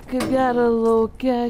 kaip gera lauke